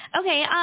Okay